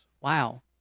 Wow